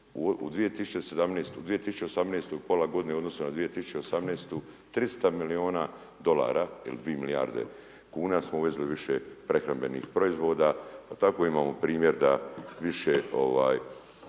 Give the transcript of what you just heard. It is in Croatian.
u 2018. pola godine u odnosu na 2018. 300 milijuna dolara ili 2 milijarde kn, smo uvezli više prehrambenih proizvoda, pa tako imamo primjer da više